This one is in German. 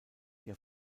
der